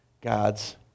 God's